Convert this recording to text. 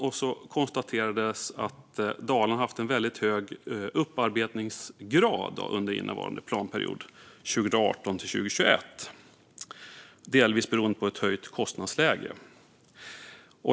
Det konstateras att Dalarna har haft en väldigt hög upparbetningsgrad under innevarande planperiod 2018-2021, delvis beroende på ett höjt kostnadsläge.